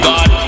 God